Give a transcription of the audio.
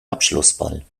abschlussball